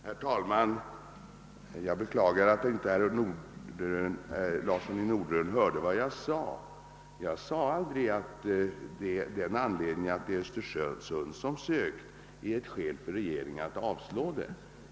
Herr talman! Jag beklagar att herr Larsson i Norderön inte hörde vad jag sade. Jag sade aldrig att den omständigheten, att det var Östersund som hade ansökt om OS utgjorde ett skäl för regeringen att avslå ansökan.